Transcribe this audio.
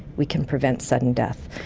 we can prevent sudden death.